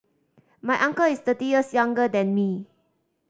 my uncle is thirty years younger than me